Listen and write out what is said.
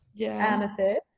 amethyst